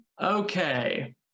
Okay